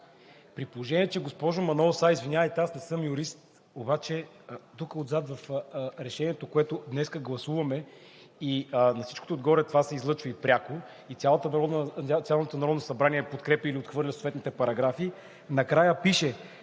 правилник. Госпожо Манолова, извинявайте, аз не съм юрист, обаче тук отзад в решението, което днес гласуваме – на всичкото отгоре това се излъчва и пряко – цялото Народно събрание подкрепя, или отхвърля съответните параграфи, накрая пише: